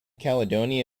caledonia